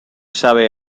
sabe